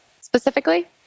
specifically